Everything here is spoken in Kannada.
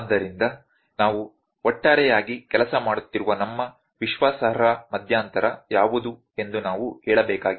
ಆದ್ದರಿಂದ ನಾವು ಒಟ್ಟಾರೆಯಾಗಿ ಕೆಲಸ ಮಾಡುತ್ತಿರುವ ನಮ್ಮ ವಿಶ್ವಾಸಾರ್ಹ ಮಧ್ಯಂತರ ಯಾವುದು ಎಂದು ನಾವು ಹೇಳಬೇಕಾಗಿದೆ